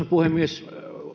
puhemies